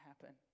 happen